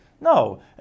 No